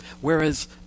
whereas